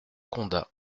condat